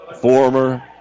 former